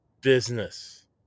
business